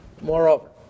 Moreover